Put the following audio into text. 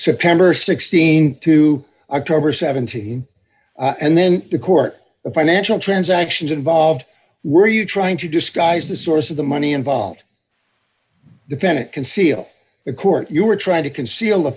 september th to october th and then the court the financial transactions involved were you trying to disguise the source of the money involved defendant conceal the court you were trying to conceal the